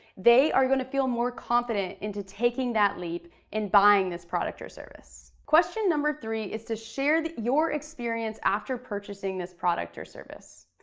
they are gonna feel more confident into taking that leap and buying this product or service. question number three is to share that your experience after purchasing this product or service.